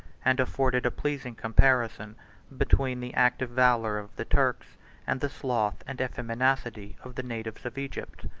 and afforded a pleasing comparison between the active valor of the turks and the sloth and effeminacy of the natives of egypt.